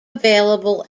available